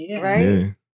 right